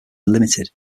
limited